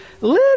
little